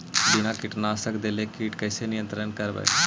बिना कीटनाशक देले किट कैसे नियंत्रन करबै?